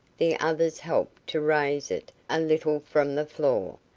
the others helped to raise it a little from the floor,